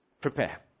Prepare